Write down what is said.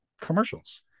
commercials